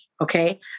Okay